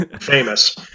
Famous